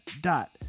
dot